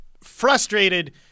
frustrated